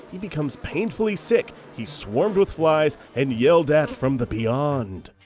he becomes painfully sick. he's swarmed with flies and yelled at from the beyond.